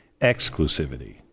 exclusivity